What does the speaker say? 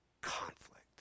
Conflict